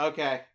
Okay